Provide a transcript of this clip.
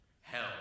Hell